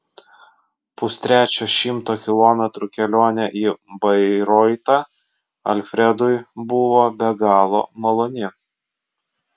pustrečio šimto kilometrų kelionė į bairoitą alfredui buvo be galo maloni